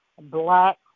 black